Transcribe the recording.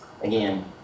Again